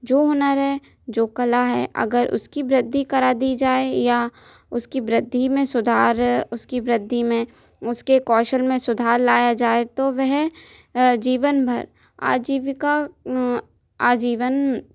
जो हुनर है जो कला है अगर उसकी वृद्धि करा दी जाए या उसकी वृद्धि में सुधार उसकी वृद्धि में उसके कौशल में सुधार लाया जाए तो वह जीवनभर आजीविका आजीवन